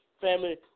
family